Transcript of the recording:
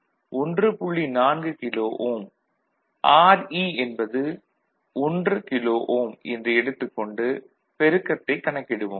4 kilo ohm Re என்பது 1 kilo ohm என்று எடுத்துக் கொண்டு பெருக்கத்தைக் கணக்கிடுவோம்